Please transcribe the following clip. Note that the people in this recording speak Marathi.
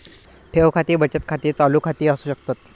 ठेव खाती बचत खाती, चालू खाती असू शकतत